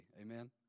Amen